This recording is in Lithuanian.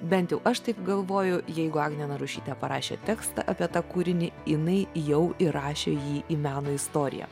bent jau aš taip galvoju jeigu agnė narušytė parašė tekstą apie tą kūrinį jinai jau įrašė jį į meno istoriją